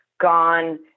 gone